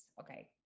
Okay